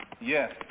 Yes